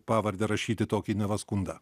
pavarde rašyti tokį neva skundą